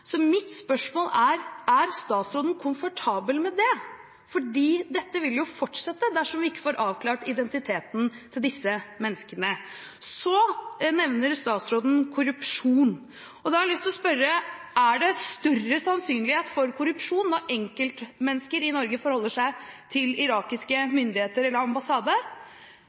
Mitt spørsmål er: Er statsråden komfortabel med det? Dette vil jo fortsette dersom vi ikke får avklart identiteten til disse menneskene. Så nevner statsråden korrupsjon. Da har jeg lyst til å spørre: Er det større sannsynlighet for korrupsjon når enkeltmennesker i Norge forholder seg til irakiske myndigheter eller